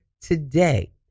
today